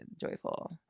joyful